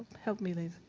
help me, lisa.